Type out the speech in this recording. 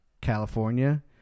California